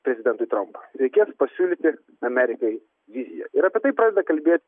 prezidentui trampui reikės pasiūlyti amerikai viziją ir apie tai pradeda kalbėt